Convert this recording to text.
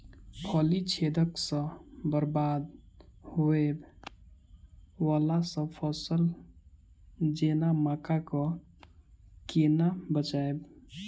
फली छेदक सँ बरबाद होबय वलासभ फसल जेना मक्का कऽ केना बचयब?